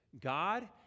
god